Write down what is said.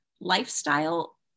lifestyle